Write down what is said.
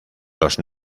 los